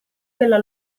della